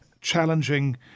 challenging